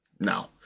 No